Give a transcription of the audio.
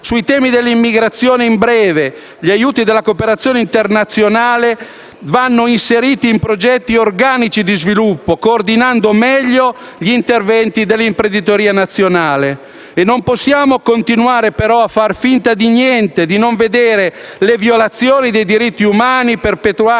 ai temi dell'immigrazione, in breve, gli aiuti alla cooperazione internazionale vanno inseriti in progetti organici di sviluppo, coordinando meglio gli interventi dell'imprenditoria nazionale. Non possiamo però continuare a far finta di niente e a non vedere le violazioni dei diritti umani perpetrate